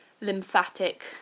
lymphatic